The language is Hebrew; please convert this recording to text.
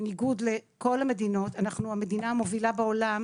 בניגוד לכל המדינות אנחנו המדינה המובילה בעולם,